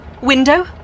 window